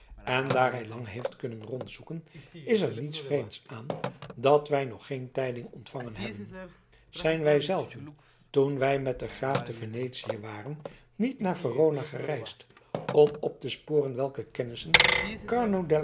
en daar hij lang heeft kunnen rondzoeken is er niets vreemds aan dat wij nog geen tijding ontvangen hebben zijn wij zelven toen wij met den graaf te venetië waren niet naar verona gereisd om op te sporen welke kennissen